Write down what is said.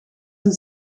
een